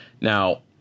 now